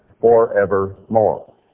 forevermore